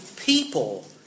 people